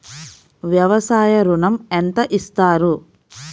వ్యవసాయ ఋణం ఎంత ఇస్తారు?